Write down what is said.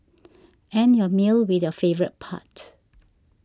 end your meal with your favourite part